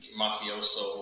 mafioso